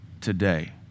today